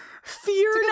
Fear